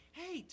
hey